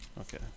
Okay